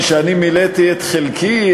משאני מילאתי את חלקי,